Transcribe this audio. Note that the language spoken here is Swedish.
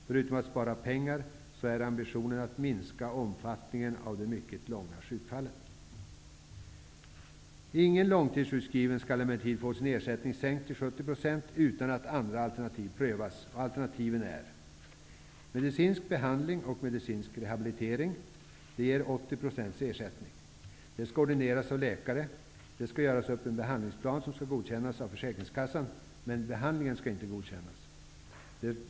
Förutom att spara pengar är ambitionen att minska omfattningen av de mycket långa sjukfallen. Ingen långtidssjukskriven skall emellertid få sin ersättning sänkt till 70 % utan att andra alternativ har prövats. Alternativen är: För det första skall man pröva medicinsk behandling och medicinsk rehabilitering, som ger 80 % ersättning. Sådan behandling skall ordineras av läkare. En behandlingsplan skall göras upp, och den skall godkännas av försäkringskassan. Behandlingen skall dock inte godkännas som sådan.